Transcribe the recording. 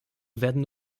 werden